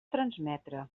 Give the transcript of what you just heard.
transmetre